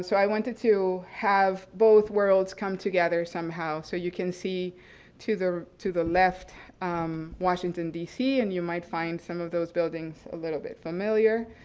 so i wanted to have both worlds come together somehow. so you can see to the to the left washington, d c, and you might find some of those buildings a little bit familiar.